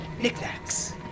knickknacks